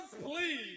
please